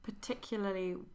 particularly